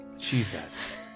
Jesus